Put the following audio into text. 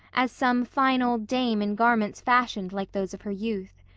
as some fine old dame in garments fashioned like those of her youth.